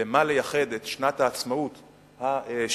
למה לייחד את שנת העצמאות ה-62,